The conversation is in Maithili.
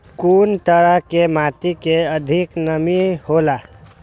कुन तरह के माटी में अधिक नमी हौला?